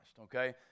Okay